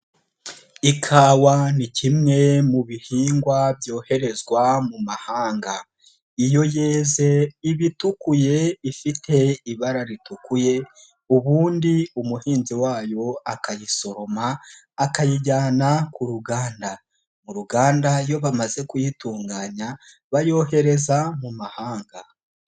Ikawa ni kimwe mu bihingwa byoherezwa mu mahanga, iyo yeze iba itukuye ifite ibara ritukuye ubundi umuhinzi wayo akayisoroma akayijyana ku ruganda, mu ruganda iyo bamaze kuyitunganya bayohereza mu mahanga.